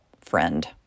friend